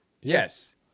Yes